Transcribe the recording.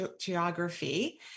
geography